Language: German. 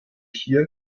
hier